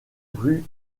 rue